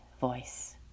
Voice